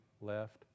left